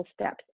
steps